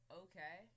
okay